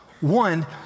One